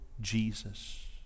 Jesus